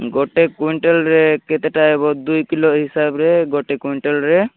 ଗୋଟେ କ୍ୱିଣ୍ଟାଲ୍ରେ କେତେଟା ଆଇବ ଦୁଇ କିଲୋ ହିସାବରେ ଗୋଟେ କ୍ୱିଣ୍ଟାଲ୍ରେ